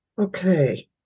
Okay